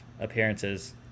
appearances